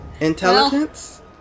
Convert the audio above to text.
Intelligence